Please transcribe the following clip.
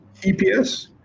EPS